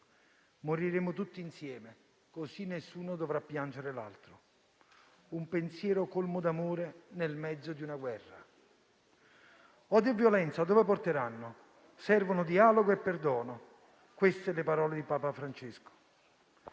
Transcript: Moriremo tutti insieme, così nessuno dovrà piangere l'altro. Un pensiero colmo d'amore nel mezzo di una guerra. Odio e violenza dove porteranno? Servono dialogo e perdono. Queste sono le parole di Papa Francesco.